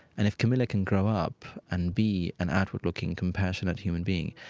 and if camilla can grow up and be an outward-looking, compassionate human being,